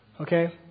okay